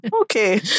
Okay